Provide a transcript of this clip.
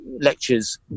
lectures